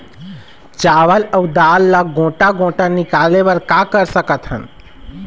चावल अऊ दाल ला गोटा गोटा निकाले बर का कर सकथन?